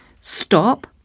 stop